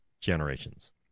generations